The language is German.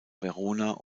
verona